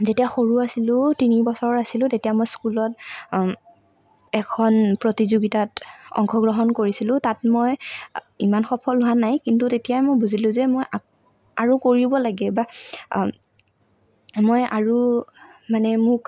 যেতিয়া সৰু আছিলো তিনি বছৰ আছিলো তেতিয়া মই স্কুলত এখন প্ৰতিযোগিতাত অংশগ্ৰহণ কৰিছিলোঁ তাত মই ইমান সফল হোৱা নাই কিন্তু তেতিয়াই মই বুজিলোঁ যে মই আৰু কৰিব লাগে বা মই আৰু মানে মোক